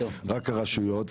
רק הרשויות,